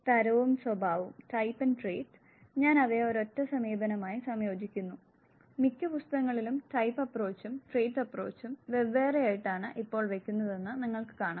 തരവും സ്വഭാവവും Type Trait ഞാൻ അവയെ ഒരൊറ്റ സമീപനമായി സംയോജിപ്പിക്കുന്നു മിക്ക പുസ്തകങ്ങളിലും ടൈപ്പ് അപ്രോച്ചും ട്രെയ്റ്റ് അപ്പ്രോച്ചും വേവ്വേറെയായിട്ടാണ് ഇപ്പോൾ വെക്കുന്നതെന്ന് നിങ്ങൾക്ക് കാണാം